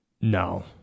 No